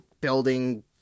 building